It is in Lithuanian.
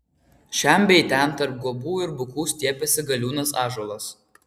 šen bei ten tarp guobų ir bukų stiepėsi galiūnas ąžuolas